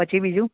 પછી બીજું